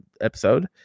episode